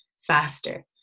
faster